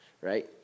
right